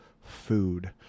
food